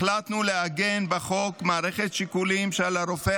החלטנו לעגן בחוק מערכת שיקולים שעל הרופא